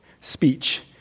speech